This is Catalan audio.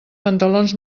pantalons